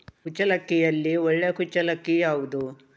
ಕುಚ್ಚಲಕ್ಕಿಯಲ್ಲಿ ಒಳ್ಳೆ ಕುಚ್ಚಲಕ್ಕಿ ಯಾವುದು?